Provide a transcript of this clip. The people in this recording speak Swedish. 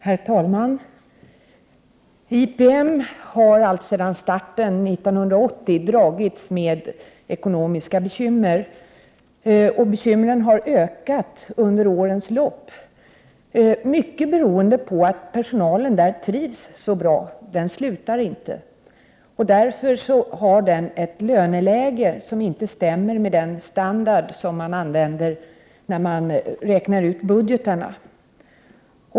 Herr talman! IPM har alltsedan starten 1980 dragits med ekonomiska bekymmer. Bekymren har ökat i omfattning under årens lopp, mycket beroende på att personalen trivs så bra, den slutar inte. Därför har man ett löneläge som inte stämmer med den standard man använder vid budgetberäkningarna.